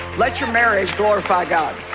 let your marriage glorify god